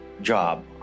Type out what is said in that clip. job